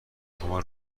شما